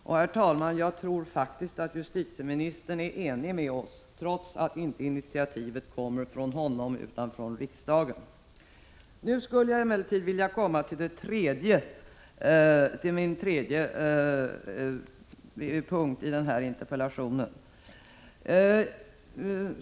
Och, herr talman, jag tror faktiskt att justitieministern är enig med oss, trots att initiativet inte kommit från honom utan från riksdagen. Nu skulle jag vilja komma till en tredje punkt i den här interpellationen.